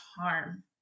harm